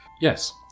Yes